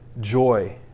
joy